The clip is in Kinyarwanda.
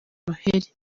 noheli